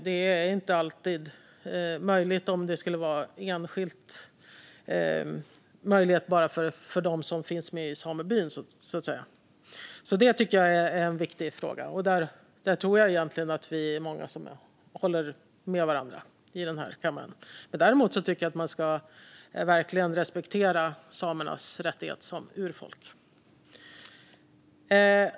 Det skulle inte gå om det bara var möjligt för dem som är med i en sameby, så det tycker jag är en viktig fråga. Där tror jag att vi egentligen är många i den här kammaren som håller med varandra. Däremot tycker jag att man verkligen ska respektera samernas rättigheter som urfolk.